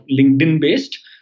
LinkedIn-based